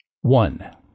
One